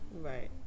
right